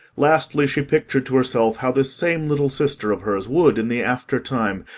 lastly, she pictured to herself how this same little sister of hers would, in the after-time,